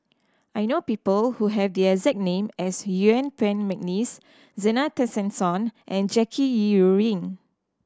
I know people who have the exact name as Yuen Peng McNeice Zena Tessensohn and Jackie Yi Ru Ying